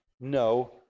no